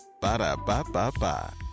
Ba-da-ba-ba-ba